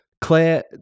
Claire